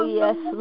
yes